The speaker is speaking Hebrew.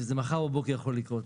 זה מחר בבוקר יכול לקרות.